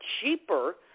cheaper